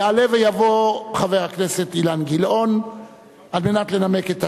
יעלה ויבוא חבר הכנסת אילן גילאון על מנת לנמק את הצעתו.